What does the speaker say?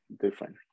different